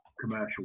commercial